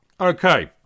Okay